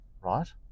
Right